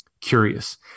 curious